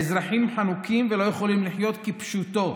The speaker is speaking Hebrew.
האזרחים חנוקים ולא יכולים לחיות, כפשוטו.